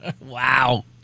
Wow